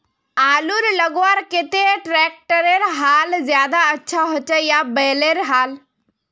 आलूर लगवार केते ट्रैक्टरेर हाल ज्यादा अच्छा होचे या बैलेर हाल?